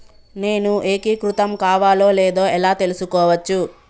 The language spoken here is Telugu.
నేను ఏకీకృతం కావాలో లేదో ఎలా తెలుసుకోవచ్చు?